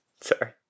Sorry